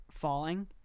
falling